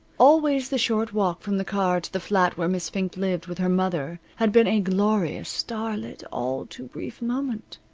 always the short walk from the car to the flat where miss fink lived with her mother had been a glorious, star-lit, all too brief moment.